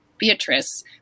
beatrice